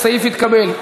הסעיף התקבל.